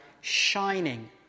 shining